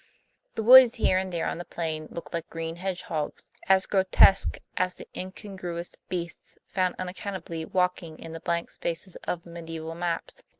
the woods here and there on the plain looked like green hedgehogs, as grotesque as the incongruous beasts found unaccountably walking in the blank spaces of mediaeval maps.